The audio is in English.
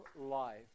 life